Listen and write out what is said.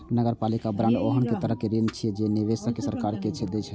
नगरपालिका बांड ओहन तरहक ऋण छियै, जे निवेशक सरकार के दै छै